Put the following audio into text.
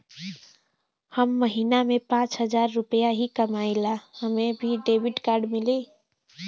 हम महीना में पाँच हजार रुपया ही कमाई ला हमे भी डेबिट कार्ड मिली?